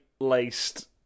laced